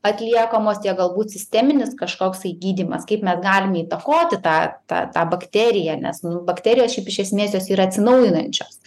atliekamos tiek galbūt sisteminis kažkoksai gydymas kaip mes galime įtakoti tą per tą bakteriją nes nu bakterijos šiaip iš esmės jos yra atsinaujinančios